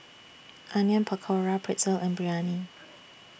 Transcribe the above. Onion Pakora Pretzel and Biryani